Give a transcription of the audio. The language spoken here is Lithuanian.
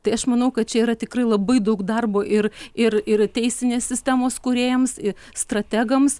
tai aš manau kad čia yra tikrai labai daug darbo ir ir ir teisinės sistemos kūrėjams ir strategams